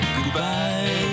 Goodbye